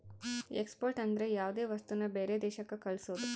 export ಅಂದ್ರ ಯಾವ್ದೇ ವಸ್ತುನ ಬೇರೆ ದೇಶಕ್ ಕಳ್ಸೋದು